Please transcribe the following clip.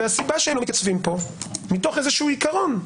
והסיבה שהם לא מתייצבים פה, מתוך איזשהו עיקרון,